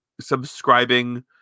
subscribing